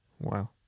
Wow